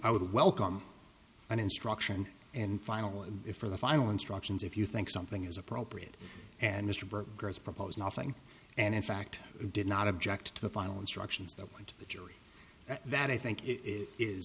i would welcome an instruction and finally if for the final instructions if you think something is appropriate and mr burton grows propose nothing and in fact did not object to the final instructions that went to the jury that i think it is